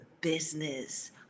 business